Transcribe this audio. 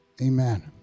Amen